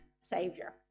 Savior